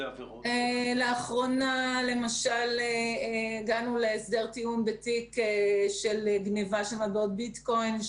לאחרונה למשל הגענו להסדר טיעון בתיק של גניבת מטבעות ביטקוין.